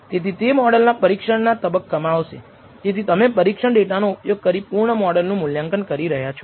તેથી તે મોડલના પરીક્ષણના તબક્કામાં આવશે તેથી તમે પરીક્ષણ ડેટાનો ઉપયોગ કરી પૂર્ણ મોડલ નું મૂલ્યાંકન કરી રહ્યા છો